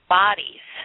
bodies